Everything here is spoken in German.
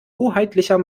hoheitlicher